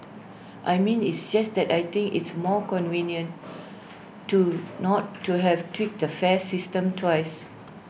I mean it's just that I think it's more convenient to not to have tweak the fare system twice